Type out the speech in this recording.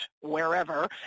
wherever